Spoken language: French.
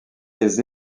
les